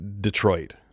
Detroit